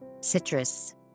Citrus